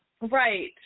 Right